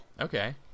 okay